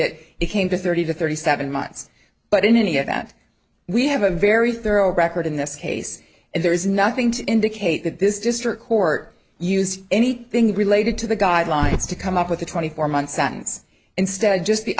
that it came to thirty to thirty seven months but in any event we have a very thorough record in this case and there is nothing to indicate that this district court used anything related to the guidelines to come up with a twenty four month sentence instead of just the